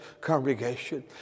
congregation